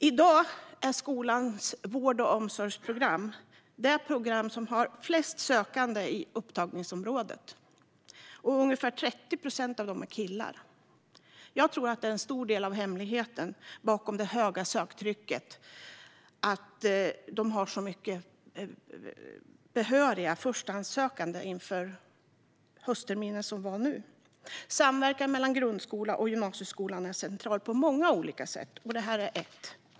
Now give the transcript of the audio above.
I dag är skolans vård och omsorgsprogram det program som har flest sökande i upptagningsområdet, och ungefär 30 procent av dem är killar. Jag tror att en stor del av hemligheten bakom det höga söktrycket inför den senaste höstterminen var att de hade så många behöriga förstahandssökande. Samverkan mellan grundskolan och gymnasieskolan är central på många olika sätt, och det här är ett.